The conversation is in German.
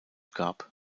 gab